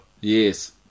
Yes